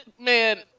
man